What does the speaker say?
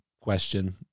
question